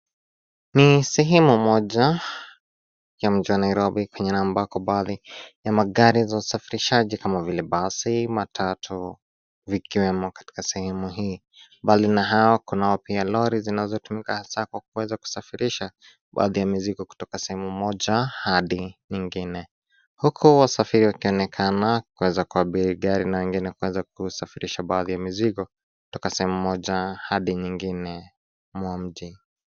Ni sehemu moja, ya mji wa Nairobi kwengine ambako baadhi, ya magari za usafirishaji kama vile: basi, matatu, vikiwemo katika sehemu hii, mbali na hao, kunao pia lori zinazotumika hasaa kwa kuweza kusafirisha, baadhi ya mizigo kutoka sehemu moja hadi nyingine, huku wasafiri wakionekana kuweza kuabiri gari na wengine kuweza kusafirisha baadhi ya mizigo, kutoka sehemu moja hadi nyingine, mwa mji.